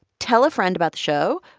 tell a friend about the show.